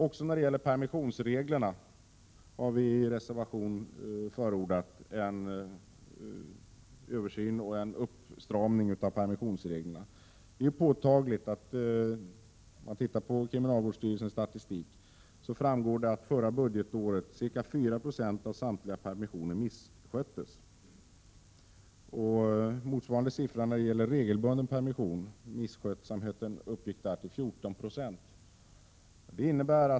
Också när det gäller permissionsreglerna har vi förordat — det framgår av reservation 3 — en översyn och en åtstramning. Av kriminalvårdsstyrelsens statistik från förra budgetåret framgår att ca 4 20 av samtliga permissioner misskötts. Motsvarande siffra för regelbundna permissioner är 14 96.